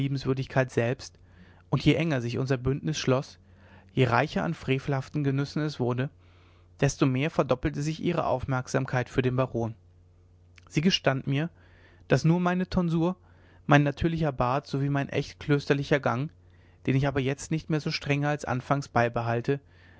selbst und je enger sich unser bündnis schloß je reicher an frevelhaften genüssen es wurde desto mehr verdoppelte sich ihre aufmerksamkeit für den baron sie gestand mir daß nur meine tonsur mein natürlicher bart sowie mein echt klösterlicher gang den ich aber jetzt nicht mehr so strenge als anfangs beibehalte